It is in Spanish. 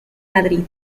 madrid